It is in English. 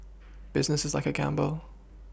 business is like a gamble